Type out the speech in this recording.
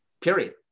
Period